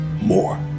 More